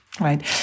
Right